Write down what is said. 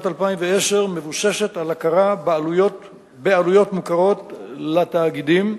2010 מבוססת על הכרה בעלויות מוכרות לתאגידים,